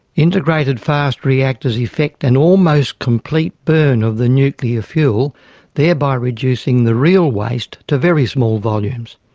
integrated fast reactors affect an almost complete burn of the nuclear fuel thereby reducing the real waste to very small volumes.